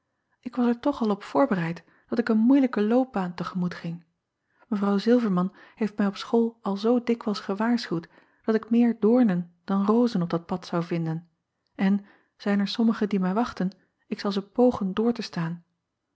ik was er toch al op voorbereid dat ik een moeilijke loopbaan te gemoet ging w ilverman heeft mij op school al zoo dikwijls gewaarschuwd dat ik meer doornen dan rozen op dat pad zou vinden en zijn er sommige die mij wachten ik zal ze pogen door te staan